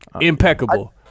impeccable